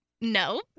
No